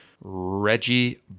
Reggie